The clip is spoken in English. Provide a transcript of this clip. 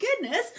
goodness